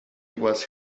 was